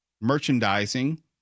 merchandising